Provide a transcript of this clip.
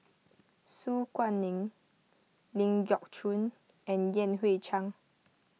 Su Guaning Ling Geok Choon and Yan Hui Chang